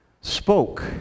spoke